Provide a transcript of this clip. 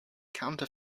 counter